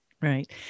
Right